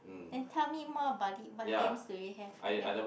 then tell me more about it what games do you have there